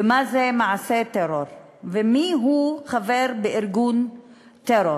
ומה זה "מעשה טרור" ומיהו "חבר בארגון טרור".